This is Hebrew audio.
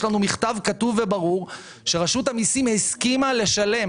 יש לנו מכתב כתוב וברור שרשות המיסים הסכימה לשלם